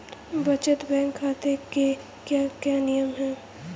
बचत बैंक खाते के क्या क्या नियम हैं?